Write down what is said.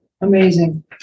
Amazing